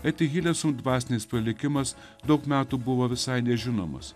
eti hilesun dvasinis palikimas daug metų buvo visai nežinomas